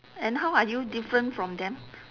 and how are you different from them